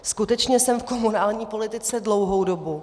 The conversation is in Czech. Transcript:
Skutečně jsem v komunální politice dlouhou dobu.